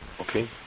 Okay